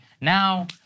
now